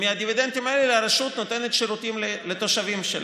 ומהדיבידנדים האלה הרשות נותנת שירותים לתושבים שלה.